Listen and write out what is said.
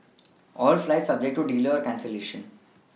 all flights subject to delay or cancellation